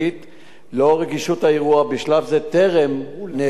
עקב רגישות האירוע, בשלב זה טרם נעצרו חשודים.